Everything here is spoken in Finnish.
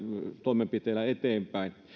toimenpiteillä eteenpäin